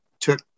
took